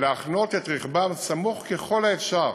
ולהחנות את רכבם סמוך ככל האפשר